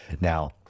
now